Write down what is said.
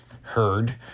heard